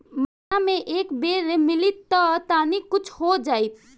महीना मे एक बेर मिलीत त तनि कुछ हो जाइत